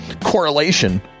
correlation